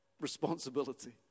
responsibility